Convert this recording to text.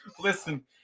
Listen